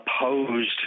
opposed